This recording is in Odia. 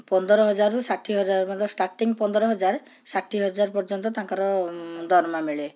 ପନ୍ଦର ହଜାରରୁ ଷାଠିଏ ହଜାର ଷ୍ଟାର୍ଟିଂ ପନ୍ଦର ହଜାର ଷାଠିଏ ହଜାର ପର୍ଯ୍ୟନ୍ତ ତାଙ୍କର ଦରମା ମିଳେ